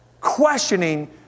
Questioning